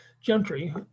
Gentry